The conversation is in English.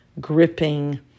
gripping